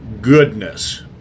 goodness